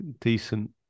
decent